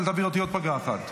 אל תעביר אותי עוד פגרה אחת.